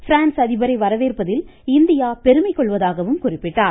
France அதிபரை வரவேற்பதில் India பெருமை கொள்வதாகவும் குறிப்பிட்டார்